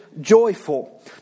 joyful